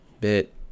bit